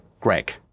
greg